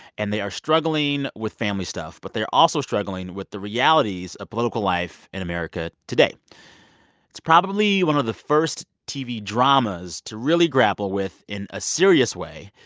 and they are struggling with family stuff. but they are also struggling with the realities of political life in america today it's probably one of the first tv dramas to really grapple with, in a serious way,